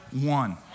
one